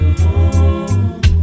home